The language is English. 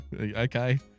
okay